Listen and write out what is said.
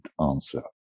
answer